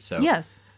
Yes